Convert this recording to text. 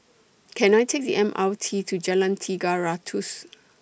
Can I Take The M R T to Jalan Tiga Ratus